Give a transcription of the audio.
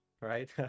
right